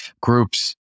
groups